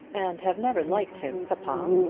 and have never liked him, papa.